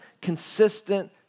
consistent